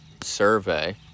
survey